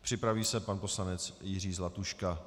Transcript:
Připraví se pan poslanec Jiří Zlatuška.